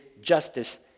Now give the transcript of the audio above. justice